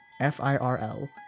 F-I-R-L